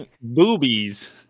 Boobies